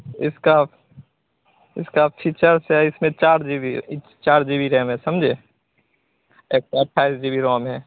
इसका इसके फीचर्स है इसमें चार जी बी है चार जी बी रैम है समझे एक सौ अट्ठाईस जी बी रोम है